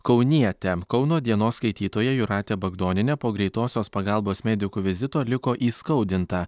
kaunietę kauno dienos skaitytoja jūratė bagdonienė po greitosios pagalbos medikų vizito liko įskaudinta